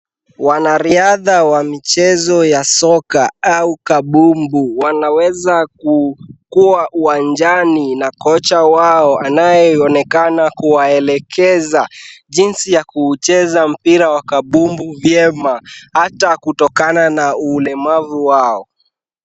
Wanariadha wa michezo ya soka au kabumbu wanaweza kukuwa uwanjani na kocha wao anayeonekana kuwaelekeza, jinsi ya kuucheza mpira wa kabumbu vyema ata kutokana na ulemavu wao.